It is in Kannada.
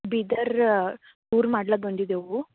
ಬೀದರ್ ಊರು ಮಾಡ್ಲು ಬಂದಿದೇವೆ